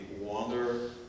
wander